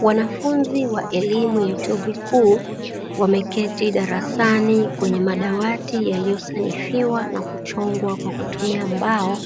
Wanafunzi wa elimu ya vyuo vikuu wameketi darasani kwenye madawati yaliyosanifiwa na kuchongwa kwa kutumia mbao,